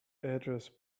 address